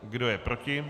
Kdo je proti?